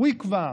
הוא יקבע,